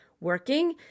working